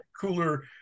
cooler